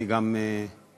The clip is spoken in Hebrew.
אני גם חושב,